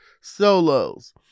solos